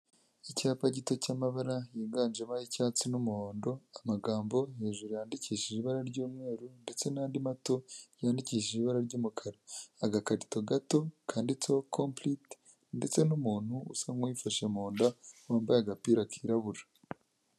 Icyapa gito cy'amabara yiganjemo ay'icyatsi n'umuhondo, amagambo hejuru yandikishije ibara ry'umweru ndetse n'andi mato yandikishije ibara ry'umukara, agakarito gato kanditseho kompurite ndetse n'umuntu usa nk'uwifashe mu nda wambaye agapira kirabura.